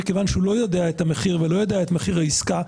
מכיוון שהוא לא יודע את המחיר ולא יודע את מחיר העסקה,